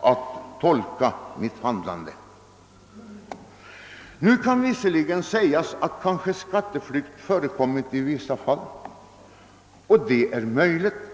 att tolka hans handlande. Det kan visserligen göras gällande att skatteflykt förekommit i vissa fall, vilket är möjligt.